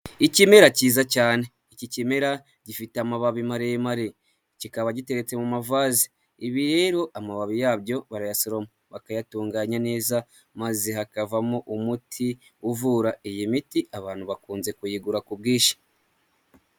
Ikimera cyiza cyane iki kimera gifite amababi maremare kikaba giteretse mu mavazi ibi rero amababi yabyo barayaromo bakayatunganya neza maze hakavamo umuti uvura, iyi miti abantu bakunze kuyigura ku bwinshi.